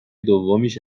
دومیش